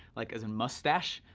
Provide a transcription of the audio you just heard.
like, as a mustache.